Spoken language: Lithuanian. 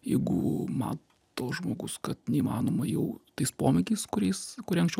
jeigu mato žmogus kad neįmanoma jau tais pomėgiais kuriais kurie anksčiau